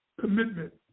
commitment